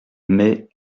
mais